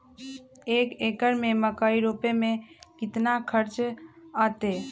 एक एकर में मकई रोपे में कितना खर्च अतै?